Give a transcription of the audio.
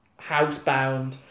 housebound